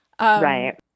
Right